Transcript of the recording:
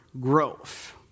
growth